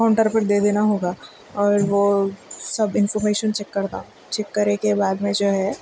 counter پر دے دینا ہوگا اور وہ سب انفورمیشن چیک کرنا چیک کرے کے بعد میں جو ہے